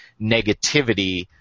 negativity